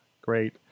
Great